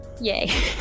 Yay